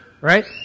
right